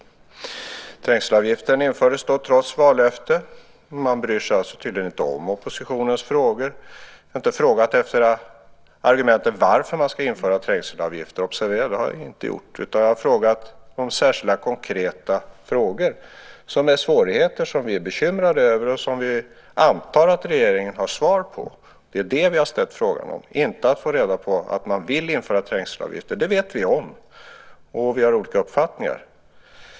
Trängselavgiften införs trots vallöfte. Man bryr sig tydligen inte om oppositionens frågor. Observera att jag inte har frågat varför man ska införa trängselavgifter, utan jag har ställt särskilda, konkreta frågor som rör svårigheter som vi är bekymrade över och som vi antar att regeringen har svar på. Det är det som vi har ställt frågor om. Vi behöver inte få reda på att man vill införa trängselavgifter, det vet vi om och vi har olika uppfattningar.